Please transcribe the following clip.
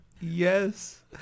Yes